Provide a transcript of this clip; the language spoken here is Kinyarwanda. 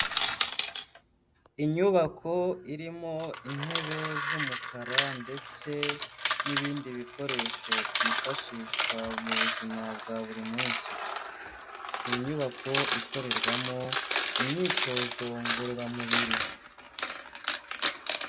Inyubako irimo intebe z'umukara ndetse n'ibindi bikoresho byifashishwa mu buzima bwa buri munsi. Ni inyubako ikorerwamo imyitozo ngororamubiri.